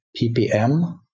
ppm